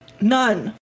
None